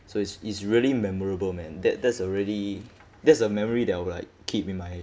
so it's it's really memorable man that that's a really that's a memory that I would like keep in my